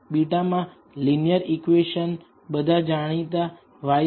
β x મા linear equation બધા જાણીતા y છે